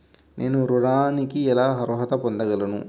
నేను ఋణానికి ఎలా అర్హత పొందగలను?